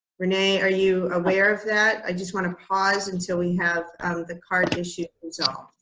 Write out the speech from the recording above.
renee, are you aware of that? i just want to pause until we have the cart issue and so